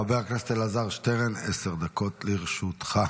חבר הכנסת אלעזר שטרן, עשר דקות לרשותך.